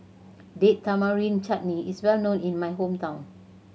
Date Tamarind Chutney is well known in my hometown